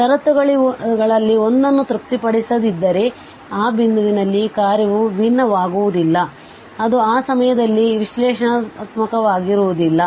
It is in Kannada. ಈ ಷರತ್ತುಗಳಲ್ಲಿ ಒಂದನ್ನು ತೃಪ್ತಿಪಡಿಸದಿದ್ದರೆ ಆ ಬಿಂದುವಿನಲ್ಲಿ ಕಾರ್ಯವು ವಿಭಿನ್ನವಾಗುವುದಿಲ್ಲ ಆದ್ದರಿಂದ ಅದು ಆ ಸಮಯದಲ್ಲಿ ವಿಶ್ಲೇಷಣಾತ್ಮಕವಾಗಿರುವುದಿಲ್ಲ